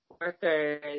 Workers